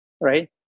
Right